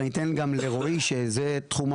אני אתן גם לרועי שזה תחומו,